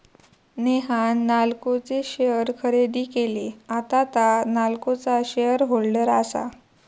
नेहान नाल्को चे शेअर खरेदी केले, आता तां नाल्कोचा शेअर होल्डर आसा